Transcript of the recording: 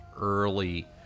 early